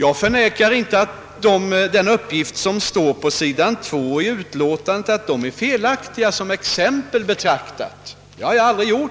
Jag har aldrig förnekat att de uppgifter som står på sidan 2 i utlåtandet är felaktiga som exempel betraktade; det är givet